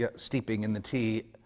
yeah steeping in the tea,